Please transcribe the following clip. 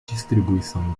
distribuição